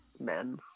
men